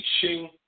teaching